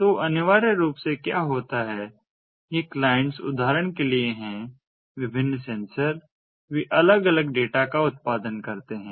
तो अनिवार्य रूप से क्या होता है ये क्लाइंट्स उदाहरण के लिए हैं विभिन्न सेंसर वे अलग अलग डेटा का उत्पादन करते हैं